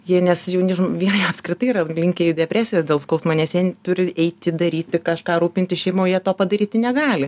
jie nes jauni vyrai apskritai yra linkę į depresijas dėl skausmo nes jie turi eiti daryti kažką rūpintis šeima o jie to padaryti negali